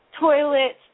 toilets